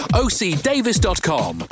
.ocdavis.com